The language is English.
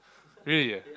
really ya